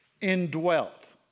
Indwelt